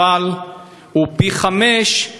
אבל הוא פי-חמישה